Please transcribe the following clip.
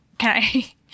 Okay